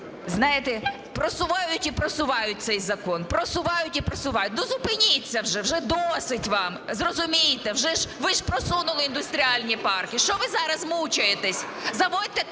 Знаєте, просувають і просувають цей закон, просувають і просувають – ну, зупиніться вже, вже досить вам! Зрозумійте, ви ж просунули індустріальні парки. Що ви зараз мучитеся? Заводьте 20